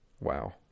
Wow